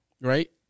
right